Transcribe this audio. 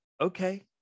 okay